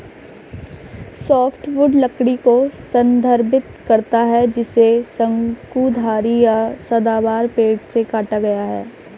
softwood लकड़ी को संदर्भित करता है जिसे शंकुधारी या सदाबहार पेड़ से काटा गया है